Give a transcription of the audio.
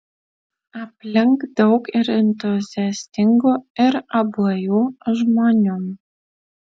aplink daug ir entuziastingų ir abuojų žmonių